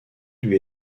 lui